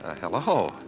Hello